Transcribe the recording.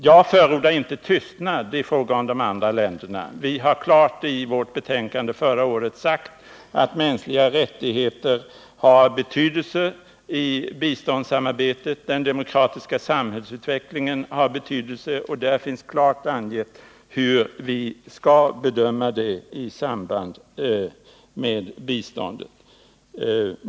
Jag förordar inte tystnad i fråga om de andra mottagarländerna. I vårt betänkande förra året sade utrikesutskottet klart ut att mänskliga rättigheter har betydelse i biståndssamarbetet liksom också den demokratiska samhällsutvecklingen. Där finns klart angivet hur vi skall ta ställning till biståndet även ur dessa aspekter.